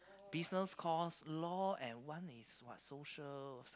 business course law and one is what social